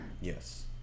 Yes